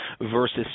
versus